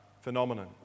phenomenon